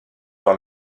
dans